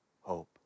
hope